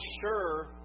sure